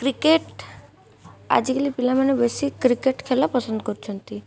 cricket ଆଜିକାଲି ପିଲାମାନେ ବେଶୀ କ୍ରିକେଟ୍ ଖେଳ ପସନ୍ଦ କରୁଛନ୍ତି